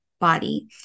body